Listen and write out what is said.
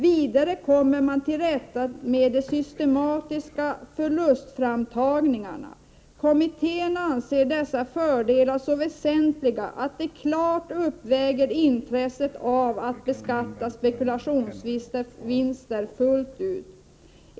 Vidare kommer man till rätta med de systematiska förlustframtagningarna. Kommittén anser dessa fördelar så väsentliga att de klart uppväger intresset av att beskatta spekulationsvinster fullt ut.